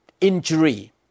injury